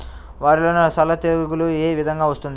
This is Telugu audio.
వరిలో సల్ల తెగులు ఏ విధంగా వస్తుంది?